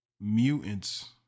Mutants